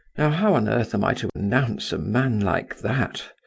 now how on earth am i to announce a man like that?